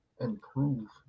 improve